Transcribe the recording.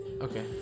Okay